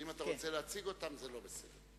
אם אתה רוצה להציג אותם, זה לא בסדר.